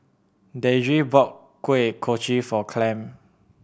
Deidre bought Kuih Kochi for Clem